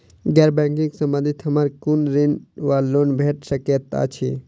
गैर बैंकिंग संबंधित हमरा केँ कुन ऋण वा लोन भेट सकैत अछि?